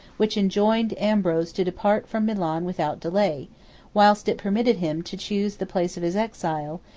which enjoined ambrose to depart from milan without delay whilst it permitted him to choose the place of his exile,